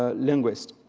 ah linguists.